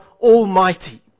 Almighty